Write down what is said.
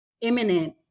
imminent